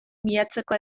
bilatzeko